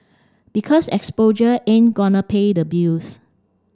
because exposure ain't gonna pay the bills